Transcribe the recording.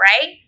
right